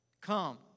Come